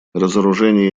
разоружение